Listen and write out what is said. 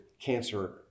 cancer